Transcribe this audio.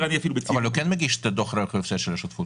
אבל הוא כן מגיש את דוח רווח והפסד של השותפות